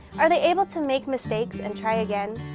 are they able to make mistakes and try again?